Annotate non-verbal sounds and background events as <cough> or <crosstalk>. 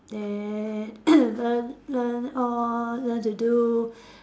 then <coughs> learn learn all learn to do